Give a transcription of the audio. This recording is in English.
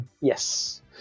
Yes